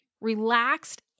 relaxed